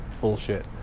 bullshit